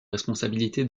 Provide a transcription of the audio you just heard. responsabilité